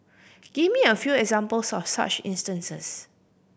give me a few examples of such instances